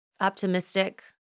optimistic